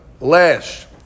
lash